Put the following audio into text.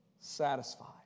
satisfied